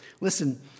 Listen